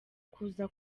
kuza